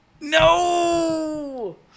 No